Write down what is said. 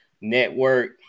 network